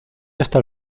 hasta